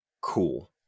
cool